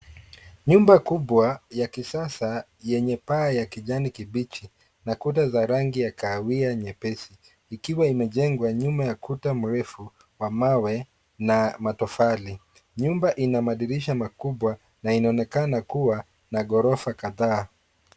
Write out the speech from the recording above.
Nyumba kubwa ya kisasa yenye paa ya kijani kibichi na kuta za rangi ya kahawia nyepesi, ikiwa imejengwa nyuma ya kuta mrefu wa mawe na matofali. Nyumba ina madirisha makubwa na inaonekana kuwa na ghorofa kadhaa.